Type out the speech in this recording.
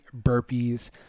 burpees